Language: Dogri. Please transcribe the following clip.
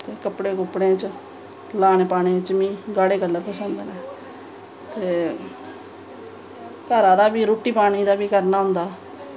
ते कपड़े कुपड़ें च लाने पाने च मिगी गाड़े कलर पसंद न ते घरा दा बी रुट्टी पानी दा बी करना होंदा